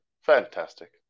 Fantastic